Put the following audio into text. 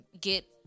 get